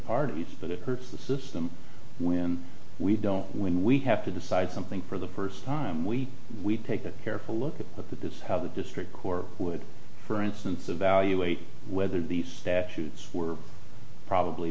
parties but it hurts the system when we don't when we have to decide something for the first time we we take a careful look at that that's how the district court would for instance evaluate whether the statutes were probably